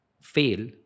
Fail